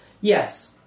yes